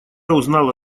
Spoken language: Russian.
узнала